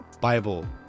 Bible